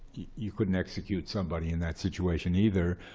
you couldn't execute somebody in that situation, either.